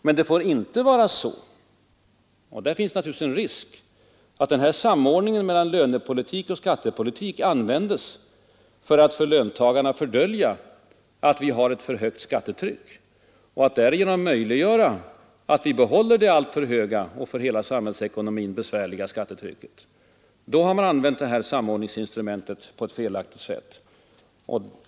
Men det får inte vara så — och där finns naturligtvis en risk — att den samordningen mellan lönepolitik och skattepolitik används för att för löntagarna fördölja att vi har för högt skattetryck och därigenom möjliggöra att vi behåller detta alltför höga och för hela samhällsekonomin besvärliga skattetryck. Då har man använt samordningsinstrumentet på ett felaktigt sätt.